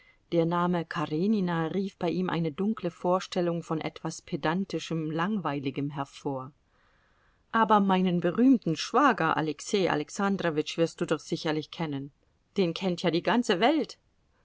der name karenina rief bei ihm eine dunkle vorstellung von etwas pedantischem langweiligem hervor aber meinen berühmten schwager alexei alexandrowitsch wirst du doch sicherlich kennen den kennt ja die ganze welt